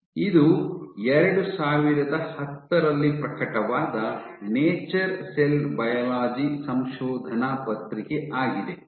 ಇದು 2010 ರಲ್ಲಿ ಪ್ರಕಟವಾದ ನೇಚರ್ ಸೆಲ್ ಬಯಾಲಜಿ ಸಂಶೋಧನಾ ಪತ್ರಿಕೆ ಆಗಿದೆ